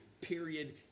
Period